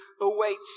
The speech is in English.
awaits